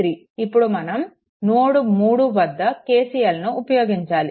ఇప్పుడు మనం నోడ్3 వద్ద KCL ను ఉపయోగించాలి